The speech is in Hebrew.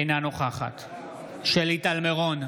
אינה נוכחת שלי טל מירון,